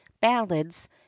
ballads